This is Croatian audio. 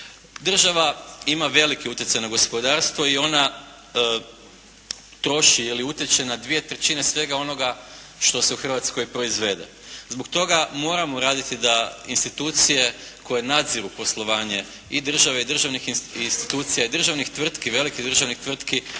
Država ima veliki utjecaj na gospodarstvo i ona troši ili utječe na 2/3 svega onoga što se u Hrvatskoj proizvede. Zbog toga moramo raditi da institucije koje nadziru poslovanje i države i državnih institucija i državnih tvrtki, velikih državnih tvrtki